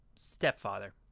stepfather